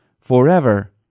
forever